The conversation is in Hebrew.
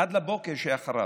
עד לבוקר שלאחריו.